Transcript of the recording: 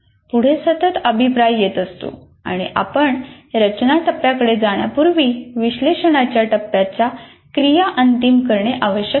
पुढे सतत अभिप्राय येत असतो आणि आपण रचना टप्प्याकडे जाण्यापूर्वी विश्लेषणाच्या टप्प्याच्या क्रिया अंतिम करणे आवश्यक नसते